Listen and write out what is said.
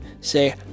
say